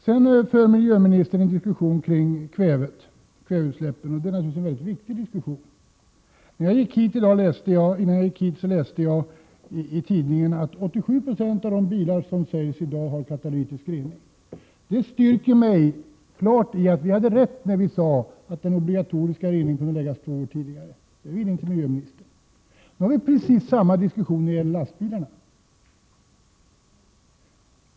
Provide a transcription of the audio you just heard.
Sedan för miljöministern en diskussion kring kväveutsläppen, och det är naturligtvis en mycket viktig diskussion. Innan jag gick hit i dag läste jag i en tidning att 87 96 av de bilar som säljs i dag har katalytisk rening. Detta styrker mig klart i uppfattningen att vi hade rätt när vi hävdade att den obligatoriska reningen kunde införas två år tidigare. Det ville inte miljöministern. Nu har vi precis samma diskussion när det gäller lastbilarna.